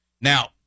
Now